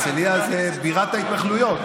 הרצליה זו בירת ההתנחלויות,